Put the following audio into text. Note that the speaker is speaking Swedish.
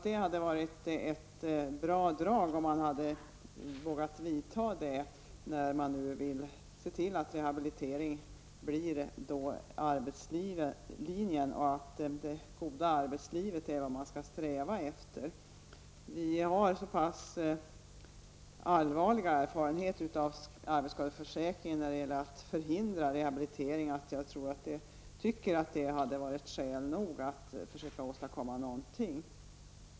Det hade varit ett bra drag, om man vågat vidta den åtgärden, när man nu vill se till att rehabilitering blir arbetslinjen och att det goda arbetslivet är det man skall sträva efter. Vi har så pass allvarliga erfarenheter av arbetsskadeförsäkringen då det gällt att förhindra rehabilitering, att jag tycker att det hade varit skäl nog att försöka åstadkomma någonting.